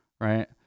right